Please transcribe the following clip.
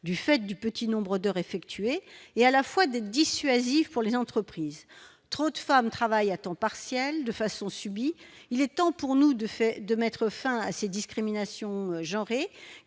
du fait du petit nombre d'heures effectuées et à la fois dissuasif pour les entreprises, trop de femmes travaillent à temps partiel de façon subie, il est temps pour nous de faire de mettre fin à ces discriminations, genre